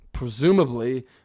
presumably